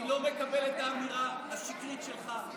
אני לא מקבל את האמירה השקרית שלך.